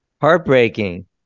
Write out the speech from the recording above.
heartbreaking